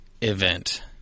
event